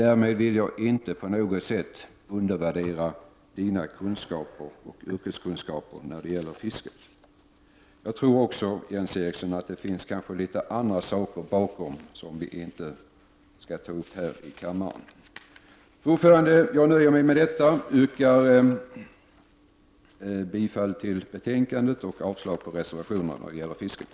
Därmed vill jag inte på något sätt undervärdera Jens Erikssons yrkeskunskaper när det gäller fisket. Jag tror också, Jens Eriksson, att det finns litet andra saker bakom, som vi inte skall ta upp här i kammaren. Fru talman! Jag nöjer mig med detta och yrkar bifall till utskottets hemställan och avslag på reservationerna när det gäller fisket.